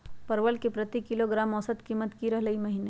परवल के प्रति किलोग्राम औसत कीमत की रहलई र ई महीने?